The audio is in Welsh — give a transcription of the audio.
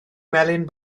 melyn